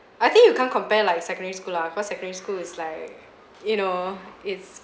I think you can't compare like secondary school lah cause secondary school is like you know it's